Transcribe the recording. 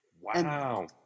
wow